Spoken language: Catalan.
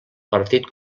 partit